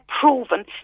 proven